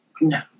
No